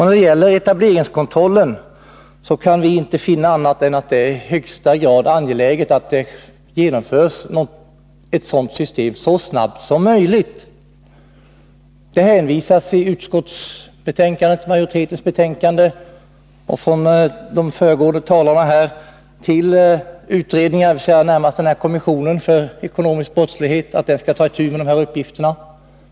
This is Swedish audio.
När det gäller etableringskontrollen kan vi inte finna annat än att det är i högsta grad angeläget att det införs ett sådant system så snabbt som möjligt. Utskottsmajoriteten hänvisar liksom de föregående talarna här till att utredningar, närmast kommissionen för ekonomisk brottslighet, skall ta itu med de här uppgifterna.